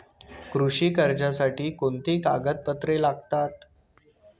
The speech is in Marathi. कृषी कर्जासाठी कोणती कागदपत्रे लागतात?